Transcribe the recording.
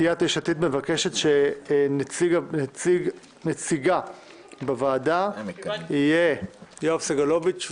סיעת יש עתיד מבקשת שנציגה בוועדה יהיה יואב סגלוביץ,